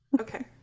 Okay